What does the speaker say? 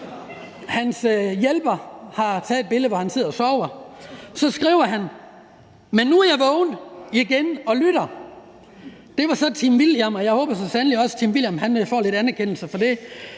hans hjælper har taget et billede, hvor han sidder og sover. Og så skriver han: Men nu er jeg vågen igen og lytter. Det var så Team William, og jeg håber så sandelig også, at Team William får lidt anerkendelse for det,